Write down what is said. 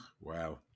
Wow